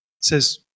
says